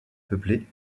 peuplé